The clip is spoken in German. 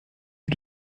die